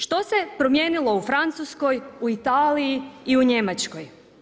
Što se promijenilo u Francuskoj, u Italiji i u Njemačkoj?